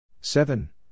Seven